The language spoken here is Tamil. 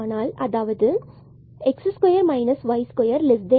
ஆனால் அதாவது x2 y2 1